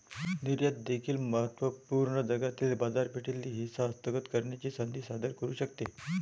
निर्यात देखील महत्त्व पूर्ण जागतिक बाजारपेठेतील हिस्सा हस्तगत करण्याची संधी सादर करू शकते